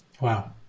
Wow